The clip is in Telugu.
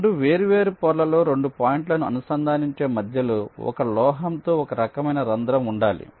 2 వేర్వేరు పొరలలో 2 పాయింట్లను అనుసంధానించే మధ్యలో ఒక లోహంతో ఒక రకమైన రంధ్రం ఉండాలి